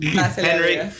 henry